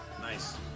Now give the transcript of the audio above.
Nice